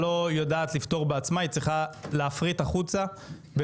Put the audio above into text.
החוצה ולהוציא את זה ליזמים שיפתרו לנו את הבעיות האלה.